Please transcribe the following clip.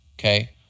okay